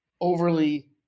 overly